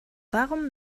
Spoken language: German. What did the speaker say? warum